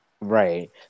Right